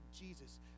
Jesus